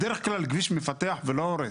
בדרך כלל כביש מפתח ולא הורס.